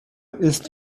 ist